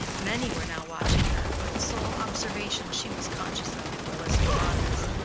many were now watching her, but the sole observation she was conscious of was deronda's,